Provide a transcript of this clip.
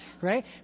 Right